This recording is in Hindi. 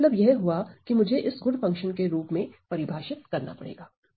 इसका मतलब यह हुआ कि मुझे इस गुड फंक्शन के रूप में परिभाषित करना पड़ेगा